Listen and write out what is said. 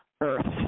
Earth